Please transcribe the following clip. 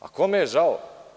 Kome je žao?